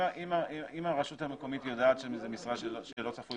אם הרשות המקומית יודעת שזו משרה שלא צפוי